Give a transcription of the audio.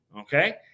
Okay